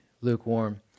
lukewarm